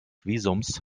visums